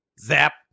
Zap